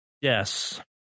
Yes